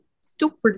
Stupid